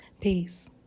Peace